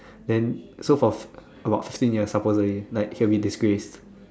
then so for for about fifteen years supposedly like he will be disgraced